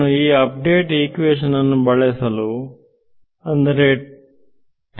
ನಾನು ಈ update equation ಬಳಸಲು ಇರುತ್ತೇನೆ